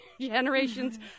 generations